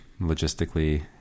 logistically